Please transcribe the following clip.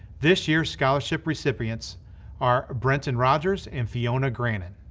this year's scholarship recipients are brenten rogers and fiona grannan.